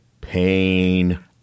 Pain